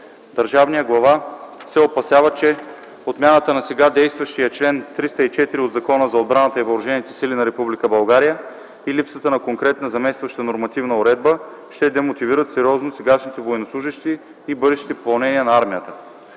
Държавният глава се опасява, че отмяната на сега действащия чл. 304 от Закона за отбраната и въоръжените сили на Република България и липсата на конкретна заместваща нормативна уредба ще демотивират сериозно сегашните военнослужещи и бъдещите попълнения на армията.